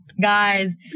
guys